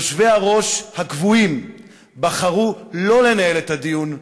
היושבים-ראש הקבועים בחרו לא לנהל את הדיון,